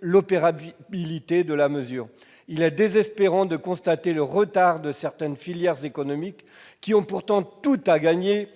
l'opérabilité de cette mesure. Il est désespérant de constater le retard de certaines filières économiques qui ont pourtant tout à gagner